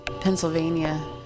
Pennsylvania